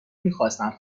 نمیخواستند